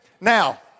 Now